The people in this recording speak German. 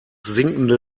sinkende